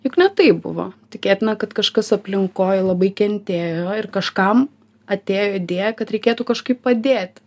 juk ne taip buvo tikėtina kad kažkas aplinkoj labai kentėjo ir kažkam atėjo idėja kad reikėtų kažkaip padėti